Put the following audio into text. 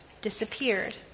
disappeared